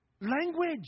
language